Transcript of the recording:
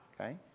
Okay